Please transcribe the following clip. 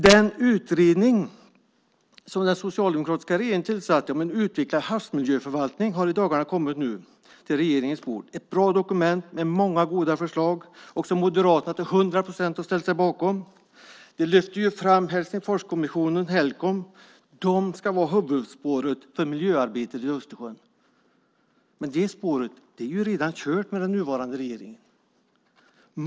Den utredning som den socialdemokratiska regeringen tillsatte om en utvecklad havsmiljöförvaltning har i dagarna kommit nu till regeringens bord. Det är ett bra dokument med många goda förslag som Moderaterna till hundra procent har ställt sig bakom. Det lyfter fram Helsingforskommissionen Helcom. Den ska vara huvudspåret för miljöarbetet i Östersjön. Men det spåret är ju redan kört med den nuvarande regeringen.